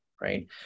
right